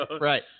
Right